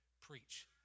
preach